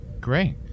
Great